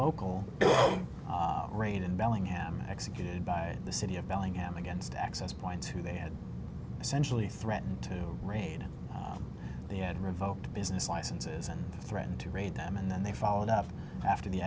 local raid in bellingham executed by the city of bellingham against access point two they had essentially threatened to raid the ed revoked business licenses and threatened to raid them and then they followed up after the